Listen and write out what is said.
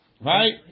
Right